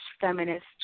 feminist